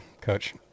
Coach